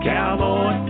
Cowboy